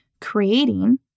creating